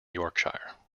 yorkshire